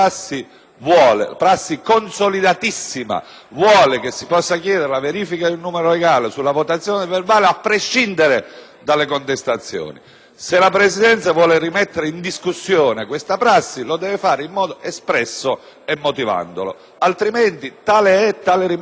la prassi consolidatissima vuole che si possa chiedere la verifica del numero legale sulla votazione del verbale, a prescindere dalle contestazioni. Se la Presidenza vuole rimettere in discussione questa prassi lo deve fare in modo espresso e motivandolo, altrimenti tale è, tale rimane